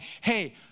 hey